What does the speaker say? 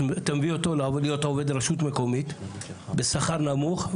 אתה מביא אותו להיות עובד רשות מקומית, בשכר נמוך.